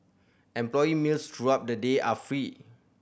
employee meals throughout the day are free